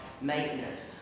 maintenance